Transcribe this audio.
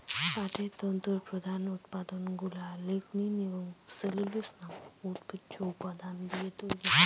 পাটের তন্তুর প্রধান উপাদানগুলা লিগনিন এবং সেলুলোজ নামক উদ্ভিজ্জ উপাদান দিয়ে তৈরি